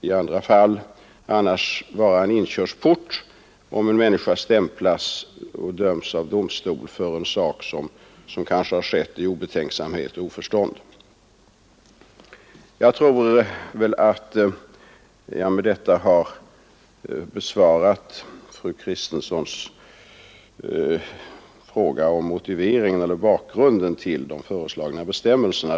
I annat fall kan det vara en inkörsport till brottslighet, om en människa stämplas och döms av domstol för en sak som kanske skett i obetänksamhet och oförstånd. Med detta tror jag mig ha besvarat fru Kristenssons fråga om bakgrunden till de föreslagna bestämmelserna.